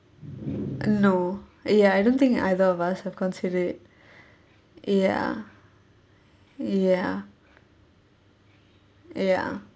no ya I don't think either of us have considered ya ya ya